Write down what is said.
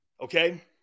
okay